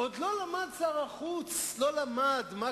עוד לא למד שר החוץ מה קורה,